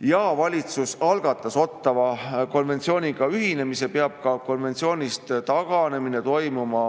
ja valitsus algatas Ottawa konventsiooniga ühinemise, peab ka konventsioonist taganemine toimuma